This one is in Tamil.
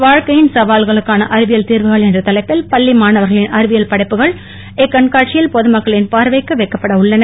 வாழ்க்கையின் சவால்களுக்கான அறிவியல் தீர்வுகள் என்ற தலைப்பில் பள்ளி மாணவர்களின் அறிவியல் படைப்புகள் இக்கண்காட்சியில் பொதுமக்களின் பார்வைக்கு வைக்கப்பட உள்ளன